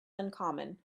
uncommon